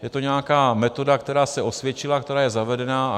Je to nějaká metoda, která se osvědčila, která je zavedená.